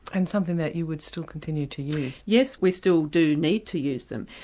and something that you would still continue to use? yes, we still do need to use them.